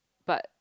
but